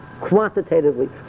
quantitatively